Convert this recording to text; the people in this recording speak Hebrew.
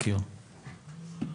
סקיימו, בבקשה.